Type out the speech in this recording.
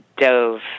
dove